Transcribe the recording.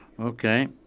Okay